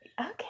Okay